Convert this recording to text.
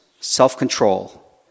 self-control